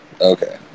okay